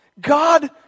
God